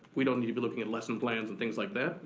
we don't need to be looking at lesson plans and things like that,